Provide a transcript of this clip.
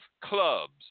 Clubs